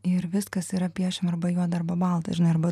ir viskas yra piešiama arba juoda arba balta žinai arba